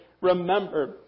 remember